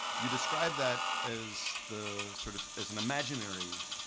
you describe that as the sort of as an imaginary